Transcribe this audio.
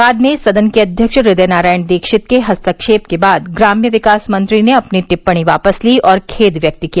बाद में सदन के अव्यक्ष हृदय नारायण दीक्षित के हस्तक्षेप के बाद ग्राम्य विकास मंत्री ने अपनी टिपणी वापस ली और खेद व्यक्त किया